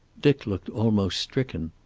dick looked almost stricken.